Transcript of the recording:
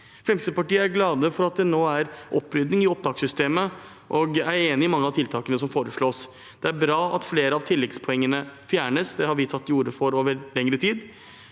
Fremskrittspartiet er glad for at det nå er opprydning i opptakssystemet, og er enig i mange av tiltakene som foreslås. Det er bra at flere av tilleggspoengene fjernes. Det har vi tatt til orde for over lengre tid,